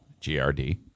GRD